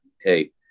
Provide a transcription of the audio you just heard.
hey